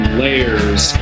layers